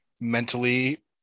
mentally